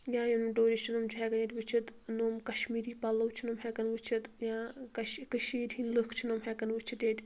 یا یم ٹیٚوٗرِشٹ تِم چھِ ہیٚکان ییتہِ وُچھتھ نۄم کشمیٖری پَلو چھِ نۄم ہیٚکان وُچھتھ یا کش کٔشَیٖرِ ہِند لُکھ چھِ نۄم ہیٚکان وُچھتھ ییٚتہِ